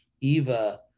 eva